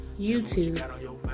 YouTube